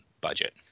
budget